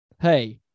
Hey